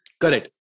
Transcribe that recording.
Correct